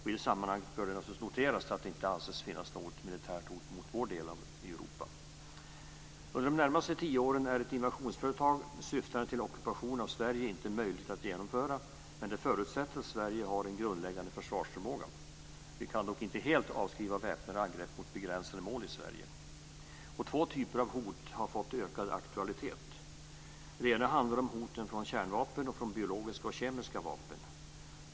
I det sammanhanget bör det naturligtvis noteras att det inte anses finnas något militärt hot mot vår del av Europa. Under de närmaste tio åren är ett invasionsföretag syftande till ockupation av Sverige inte möjligt att genomföra, men det förutsätter att Sverige har en grundläggande försvarsförmåga. Vi kan dock inte helt avskriva väpnade angrepp mot begränsade mål i Sverige. Två typer av hot har fått ökad aktualitet. Det ena handlar om hoten från kärnvapen och från biologiska och kemiska vapen.